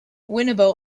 winnabow